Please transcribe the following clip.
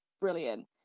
brilliant